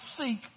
seek